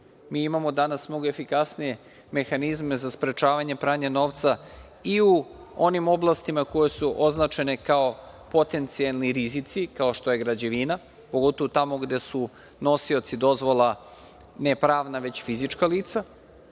imamo mnogo efikasnije mehanizme za sprečavanje pranja novca i u onim oblastima koje su označene kao potencijalni rizici, kao što je građevina, pogotovo tamo gde su nosioci dozvola, ne pravna, već fizička lica